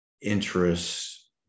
interests